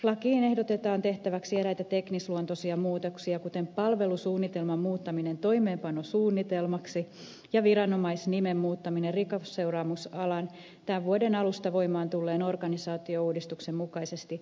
lakiin ehdotetaan tehtäväksi eräitä teknisluontoisia muutoksia kuten palvelusuunnitelman muuttaminen toimeenpanosuunnitelmaksi ja viranomaisnimen muuttaminen rikosseuraamusalan tämän vuoden alusta voimaan tulleen organisaatiouudistuksen mukaisesti rikosseuraamuslaitokseksi